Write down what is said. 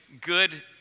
good